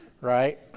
Right